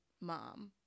mom